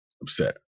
upset